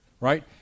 right